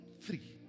three